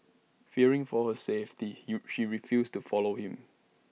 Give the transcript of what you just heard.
fearing for her safety he she refused to follow him